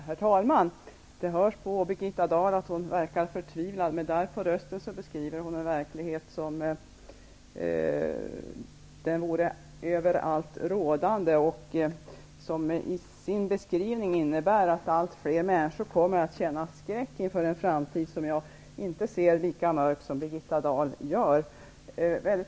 Herr talman! Det hörs på Birgitta Dahl att hon verkar vara förtvivlad. Med darr på rösten beskriver hon en verklighet som om den vore överallt rådande. Enligt hennes beskrivning är det allt fler människor som känner skräck inför framtiden, som jag inte ser lika mörk som Birgitta Dahl gör.